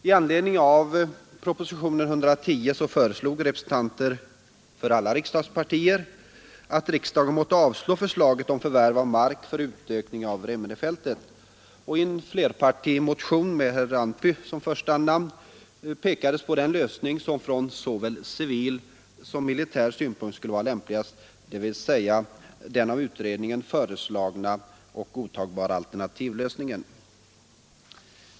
I anledning av propositionen 110 föreslog representanter för alla riksdagspartier att riksdagen skulle avslå förslaget om förvärv av mark för utökning av Remmenefältet, och i en flerpartimotion med herr Antby som första namn pekades på den lösning som från såväl civil som militär synpunkt skulle vara lämpligast, dvs. att förlägga fältet till den av utredningen föreslagna och godtagbara alternativlösningen.